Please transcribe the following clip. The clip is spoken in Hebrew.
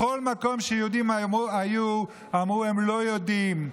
בכל מקום שיהודים היו, אמרו: הם לא יודעים.